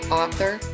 author